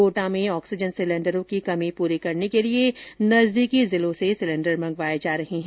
कोटा में ऑक्सीजन सिलेंडरों की कमी पूरी करने के लिए नजदीकी जिलों से सिलेंडर मंगवाए जा रहे है